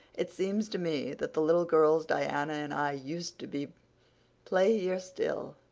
it seems to me that the little girls diana and i used to be play here still,